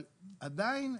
אבל עדיין,